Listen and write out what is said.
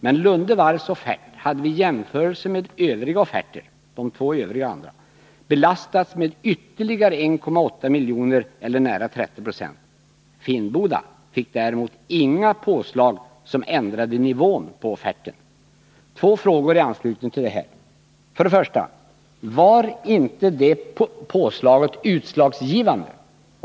Men Lunde Varvs offert hade vid jämförelse med de två övriga offerterna belastats med ytterligare 1,8 milj.kr. eller nära 30 20. Finnboda fick däremot inget påslag som ändrade nivån på offerten. Jag vill ställa två frågor i anslutning till detta. För det första: Var inte detta påslag utslagsgivande?